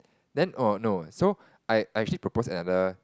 then oh no so I I actually propose another